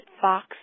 fox